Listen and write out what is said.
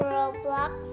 Roblox